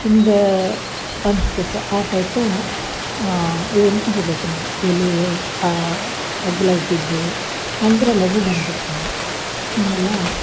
ಚಂದಾ ಅನ್ಸ್ಬೇಕು ಆ ಟೈಪ ಇವುನ್ನ ತಗೊಬೇಕು ನಾವು ಎಲೇ ಅಗ್ಲ ಇದ್ದಿದ್ದು ಅಂದರೆ ಲಘು ಬಂದ್ಬಿಡ್ತಾವು ಹೀಗೆಲ್ಲಾ